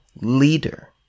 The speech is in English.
leader